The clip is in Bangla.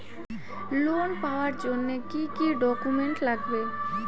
লোন পাওয়ার জন্যে কি কি ডকুমেন্ট লাগবে?